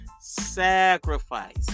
sacrifice